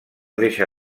deixa